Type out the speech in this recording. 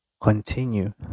continue